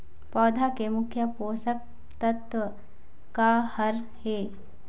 पौधा के मुख्य पोषकतत्व का हर हे?